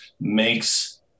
makes